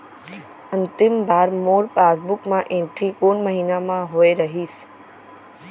अंतिम बार मोर पासबुक मा एंट्री कोन महीना म होय रहिस?